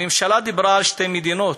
הממשלה דיברה על שתי מדינות,